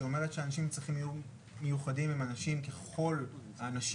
שאומרת שאנשים עם צרכים מיוחדים הם אנשים ככל האנשים,